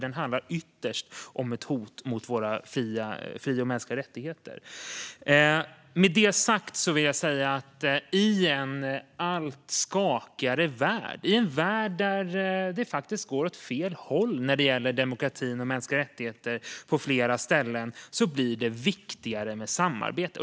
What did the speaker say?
Den handlar ytterst om ett hot mot våra fri och rättigheter. Med detta sagt vill jag säga att i en allt skakigare värld, i en värld där det går åt fel håll när det gäller demokrati och mänskliga rättigheter på flera ställen, blir det viktigare med samarbete.